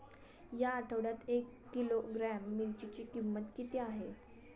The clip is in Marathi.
या आठवड्यात एक किलोग्रॅम मिरचीची किंमत किती आहे?